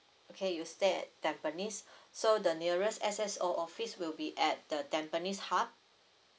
okay you stay at tampines so the nearest S_S_O office will be at the tampines hub